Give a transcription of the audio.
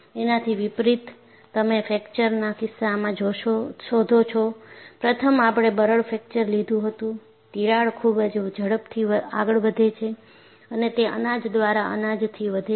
એનાથી વિપરિત તમે ફ્રેકચરના કિસ્સામાં શોધો છો પ્રથમ આપણે બરડ ફ્રેકચર લીધું હતું તિરાડ ખૂબ જ ઝડપથી આગળ વધે છે અને તે અનાજ દ્વારા અનાજથી વધે છે